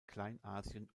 kleinasien